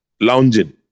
lounging